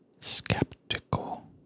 skeptical